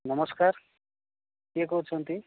ନମସ୍କାର କିଏ କହୁଛନ୍ତି